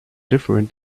different